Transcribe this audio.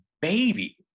baby